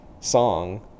song